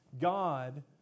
God